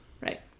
Right